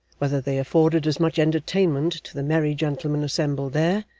whether they afforded as much entertainment to the merry gentlemen assembled there,